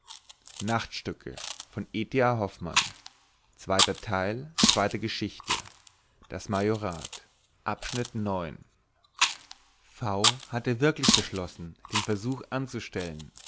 v hatte wirklich beschlossen den versuch anzustellen